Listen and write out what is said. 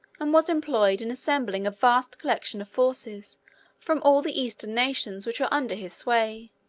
and was employed in assembling a vast collection of forces from all the eastern nations which were under his sway,